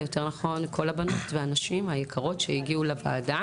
יותר נכון כל הבנות והנשים היקרות שהגיעו לוועדה.